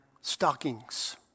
stockings